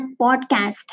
podcast